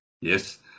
Yes